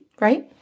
Right